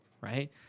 right